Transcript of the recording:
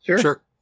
sure